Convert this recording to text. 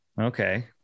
okay